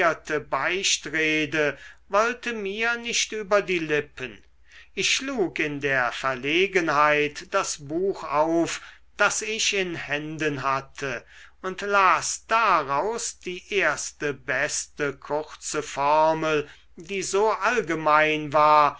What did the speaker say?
beichtrede wollte mir nicht über die lippen ich schlug in der verlegenheit das buch auf das ich in händen hatte und las daraus die erste beste kurze formel die so allgemein war